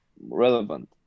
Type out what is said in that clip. relevant